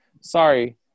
sorry